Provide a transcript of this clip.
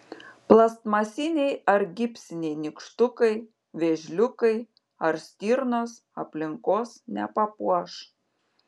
plastmasiniai ar gipsiniai nykštukai vėžliukai ar stirnos aplinkos nepapuoš